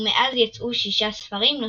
ומאז יצאו שישה ספרים נוספים.